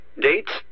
Dates